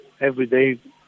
everyday